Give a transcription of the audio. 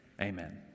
amen